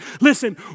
Listen